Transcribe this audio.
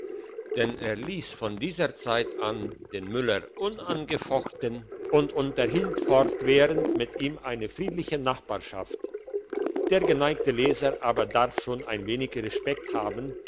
denn er liess von dieser zeit an den müller unangefochten und unterhielt fortwährend mit ihm eine friedliche nachbarschaft der geneigte leser aber darf schon ein wenig respekt haben